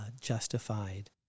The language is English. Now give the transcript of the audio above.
justified